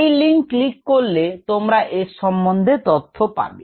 এই link click করলে তোমরা এর সম্বন্ধে তথ্য পাবে